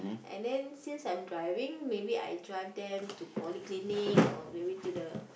and then since I'm driving maybe I drive them to polyclinic or maybe to the